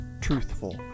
truthful